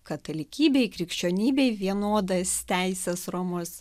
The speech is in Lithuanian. katalikybei krikščionybei vienodas teises romos